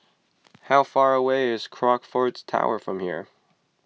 how far away is Crockfords Tower from here